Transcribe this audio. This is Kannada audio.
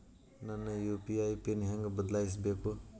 ನನ್ನ ಯು.ಪಿ.ಐ ಪಿನ್ ಹೆಂಗ್ ಬದ್ಲಾಯಿಸ್ಬೇಕು?